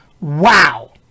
Wow